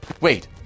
wait